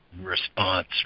response